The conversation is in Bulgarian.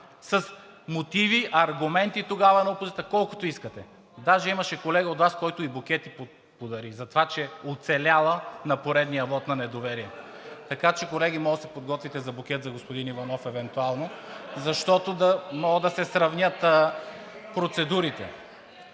С мотиви, с аргументи тогава на опозицията колкото искате, даже имаше колега от Вас, който и букет и подари, затова че оцеляла на поредния вот на недоверие. Така че, колеги, можете да си подготвите букет за господин Иванов евентуално, за да може да се сравнят процедурите.